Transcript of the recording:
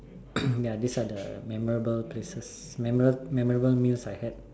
ya this are the memorable places memory memorable meals I had